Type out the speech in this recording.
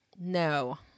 No